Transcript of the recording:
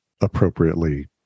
appropriately